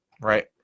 right